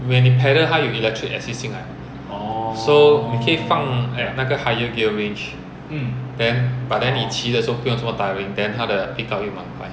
when you pedal 它有 electric assist 进来 so 你可以放 at 那个 higher gear range then but 你骑的时候不用那么 tiring then 他的 pick up 又蛮快